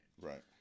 Right